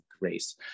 grace